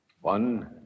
One